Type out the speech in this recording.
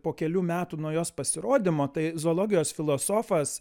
po kelių metų nuo jos pasirodymo tai zoologijos filosofas